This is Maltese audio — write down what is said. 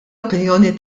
opinjoni